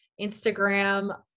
Instagram